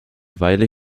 weile